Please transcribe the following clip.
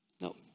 no